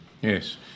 yes